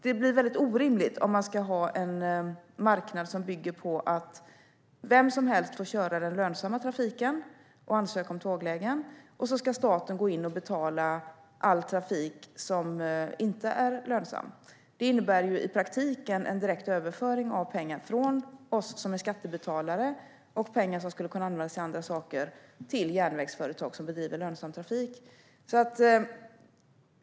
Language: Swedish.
Det blir orimligt att ha en marknad som bygger på att vem som helst får köra den lönsamma trafiken och ansöka om tåglägen medan staten får betala all trafik som inte är lönsam. Det skulle i praktiken innebära en direkt överföring av pengar som skulle kunna användas till annat från oss skattebetalare till järnvägsföretag som bedriver lönsam trafik.